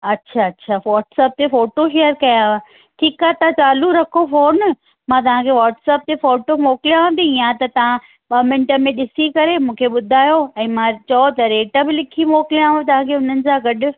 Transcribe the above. अच्छा अच्छा व्हाटसप ते फ़ोटो शेयर कयां ठीकु आहे तव्हां चालू रखो फ़ोन मां तव्हांखे व्हाटसप ते फ़ोटो मोकिलियाव थी या त तव्हां ॿ मिंट में ॾिसी करे मूंखे ॿुधायो ऐं मां चओ त रेट बि लिखी मोकिलियाव तव्हांखे उन्हनि जा गॾु